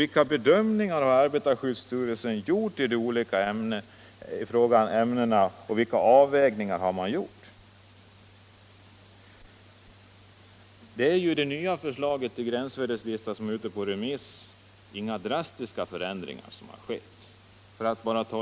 Vilka bedömningar och avvägningar har arbetarskyddsstyrelsen gjort beträffande de olika ämnena? Det är i det nya förslaget till gränsvärdeslista som är ute på remiss inga drastiska förändringar som skett.